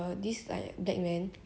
the family of his girlfriend